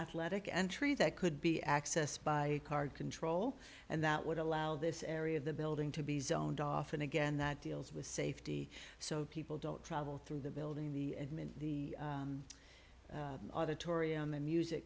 athletic entry that could be accessed by card control and that would allow this area of the building to be zoned often again that deals with safety so people don't travel through the building the auditorium the music